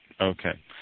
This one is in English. Okay